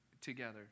together